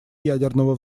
ядерного